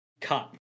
cut